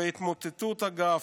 וההתמוטטות, אגב,